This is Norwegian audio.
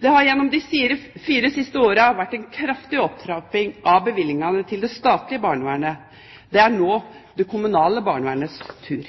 Det har gjennom de fire siste årene vært en kraftig opptrapping av bevilgningene til det statlige barnevernet. Det er nå det kommunale barnevernets tur.